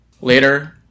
Later